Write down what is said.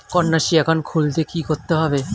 Kanyashree account খুলতে কী করতে হবে?